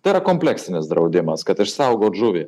tai yra kompleksinis draudimas kad išsaugot žuvį